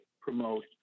promote